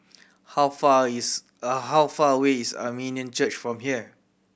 how far is how far away is a minion Church from here